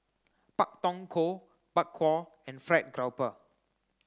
Pak Thong Ko Bak Kwa and fried grouper